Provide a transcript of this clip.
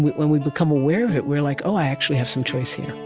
when we become aware of it, we're like oh, i actually have some choice here.